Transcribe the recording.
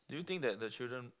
do you think that the children